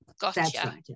Gotcha